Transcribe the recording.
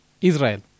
Israel